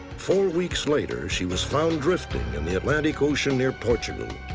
four weeks later, she was found drifting in the atlantic ocean near portugal.